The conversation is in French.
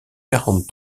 quarante